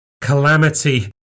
calamity